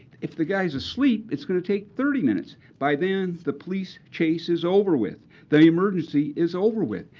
if the guy is asleep, it's going to take thirty minutes. by then, the police chase is over with. the emergency is over with.